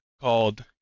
called